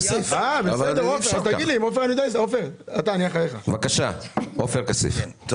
עופר כסיף.